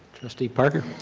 trustee parker?